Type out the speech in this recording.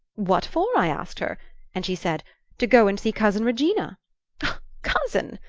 what for i asked her and she said to go and see cousin regina' cousin!